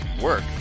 work